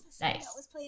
Nice